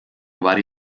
vari